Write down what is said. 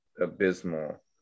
abysmal